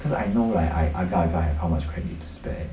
cause I know right I agak agak have how much credit to spare